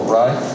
right